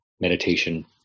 meditation